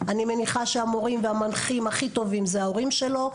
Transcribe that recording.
אני מניחה שהמורים והמנחים הכי טובים זה ההורים שלו,